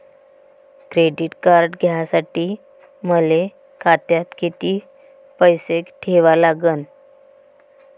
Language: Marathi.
क्रेडिट कार्ड घ्यासाठी मले खात्यात किती पैसे ठेवा लागन?